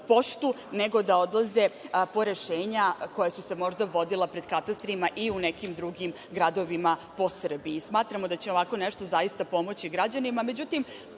nego da odlaze po rešenja koja su se možda vodila pred katastrima i u nekim drugima gradovima po Srbiji. Smatramo da će ovako nešto zaista pomoći građanima.